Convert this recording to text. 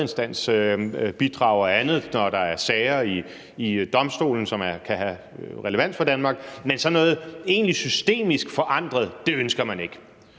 og andet, når der er sager ved domstolen, som kan have relevans for Danmark, men noget egentligt systemisk forandret ønsker man ikke.